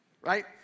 right